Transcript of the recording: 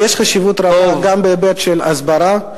יש חשיבות רבה גם בהיבט של הסברה.